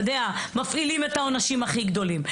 מפעילים את העונשים הכי גדולים.